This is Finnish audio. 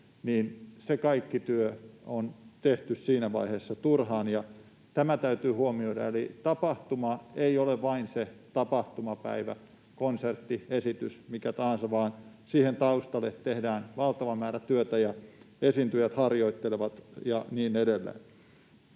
päivää — on tehty siinä vaiheessa turhaan, ja tämä täytyy huomioida. Eli tapahtuma ei ole vain se tapahtumapäivä, konsertti, esitys, mikä tahansa, vaan siinä taustalla tehdään valtava määrä työtä, esiintyjät harjoittelevat ja niin edelleen.